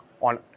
on